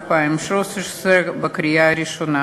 2013, בקריאה ראשונה.